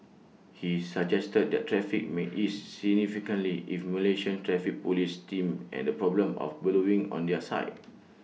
he suggested that traffic may ease significantly if Malaysian traffic Police stemmed and problem of ballooning on their side